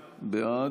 בעד.